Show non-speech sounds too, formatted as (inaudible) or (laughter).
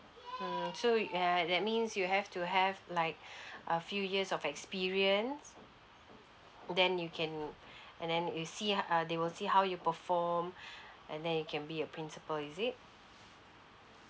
mm so err that means you have to have like (breath) a few years of experience then you can (breath) and then you see uh they will see how you perform (breath) and then you can be a principal is it